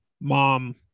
mom